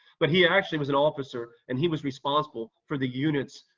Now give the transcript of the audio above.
but he actually was an officer, and he was responsible for the unit's